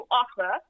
offer